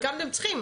כמה אתם צריכים?